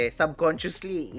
subconsciously